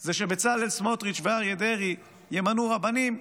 זה שבצלאל סמוטריץ' ואריה דרעי ימנו רבנים.